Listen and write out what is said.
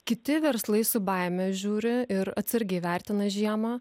kiti verslai su baime žiūri ir atsargiai vertina žiemą